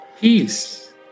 Peace